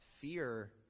fear